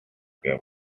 game